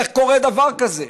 איך קורה דבר כזה?